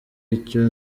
icyo